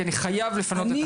כי אני חייב לפנות את החדר.